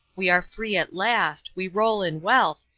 we are free at last, we roll in wealth,